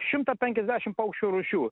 šimtą penkiasdešim paukščių rūšių